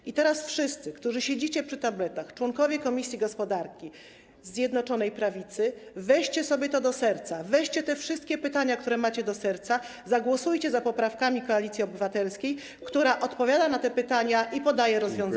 I teraz wszyscy, którzy siedzicie przy tabletach, członkowie komisji gospodarki, Zjednoczonej Prawicy weźcie sobie to do serca, weźcie te wszystkie pytania, które macie, do serca, zagłosujcie za poprawkami Koalicji Obywatelskiej, która odpowiada na te pytania i podaje rozwiązania.